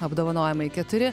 apdovanojimai keturi